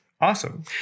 Awesome